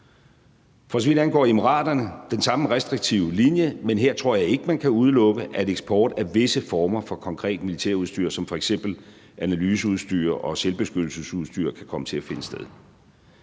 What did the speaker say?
For så vidt angår Emiraterne, er der den samme restriktive linje, men her tror jeg ikke at man kan udelukke at eksport af visse former for konkret militært udstyr som f.eks. analyseudstyr og selvbeskyttelsesudstyr kan komme til at finde sted.